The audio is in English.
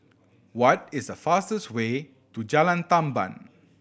what is the fastest way to Jalan Tamban